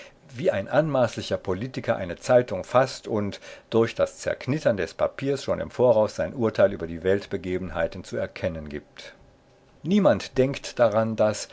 wie ein anmaßlicher politiker eine zeitung faßt und durch das zerknittern des papiers schon im voraus sein urteil über die weltbegebenheiten zu erkennen gibt niemand denkt daran daß